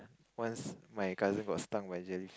once my cousin got stung by jelly